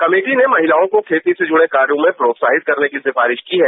committee ने महिलाओं को खेती से जुड़े कार्यो में प्रोत्साहित करने की सिफारिश की है